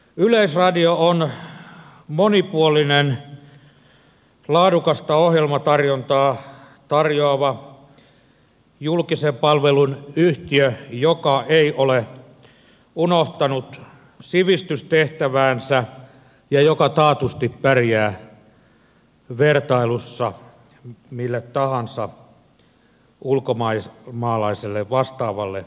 yleisradio on monipuolinen laadukasta ohjelmatarjontaa tarjoava julkisen palvelun yhtiö joka ei ole unohtanut sivistystehtäväänsä ja joka taatusti pärjää vertailussa mille tahansa ulkomaalaiselle vastaavalle yhtiölle